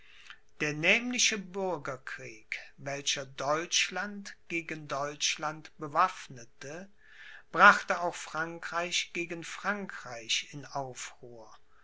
der nämliche bürgerkrieg welcher deutschland gegen deutschland bewaffnete brachte auch frankreich gegen frankreich in aufruhr